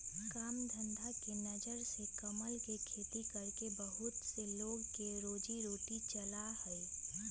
काम धंधा के नजर से कमल के खेती करके बहुत से लोग के रोजी रोटी चला हई